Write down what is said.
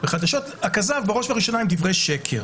וחדשות הכזב בראש וראשונה הם דברי שקר.